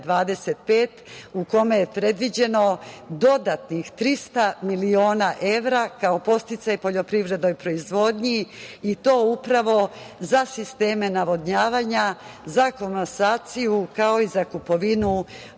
u kome je predviđeno dodatnih 300 miliona evra, kao podsticaj poljoprivrednoj proizvodnji i to upravo za sisteme navodnjavanja, za komasaciju, kao i za kupovinu